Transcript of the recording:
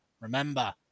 Remember